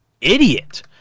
idiot